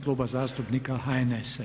Kluba zastupnika HNS-a.